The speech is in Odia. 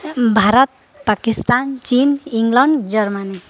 ଭାରତ ପାକିସ୍ତାନ ଚୀନ୍ ଇଂଲଣ୍ଡ ଜର୍ମାନୀ